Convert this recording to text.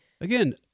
Again